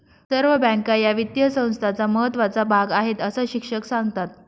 सर्व बँका या वित्तीय संस्थांचा महत्त्वाचा भाग आहेत, अस शिक्षक सांगतात